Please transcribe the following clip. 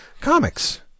comics